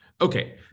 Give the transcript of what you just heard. Okay